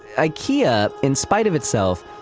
ikea, in spite of itself,